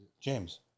James